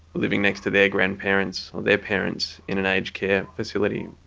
living next to their grandparents, or their parents in an aged care facility?